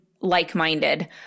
like-minded